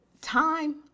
time